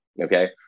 Okay